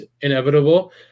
inevitable